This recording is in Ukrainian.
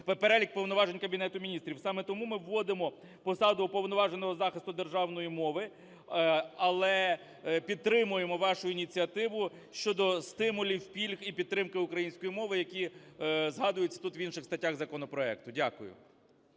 перелік повноважень Кабінету Міністрів. Саме тому ми вводимо посаду Уповноваженого із захисту державної мови, але підтримуємо вашу ініціативу щодо стимулів, пільг і підтримки української мови, які згадуються тут в інших статтях законопроекту. Дякую.